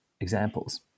examples